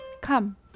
Come